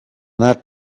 not